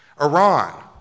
Iran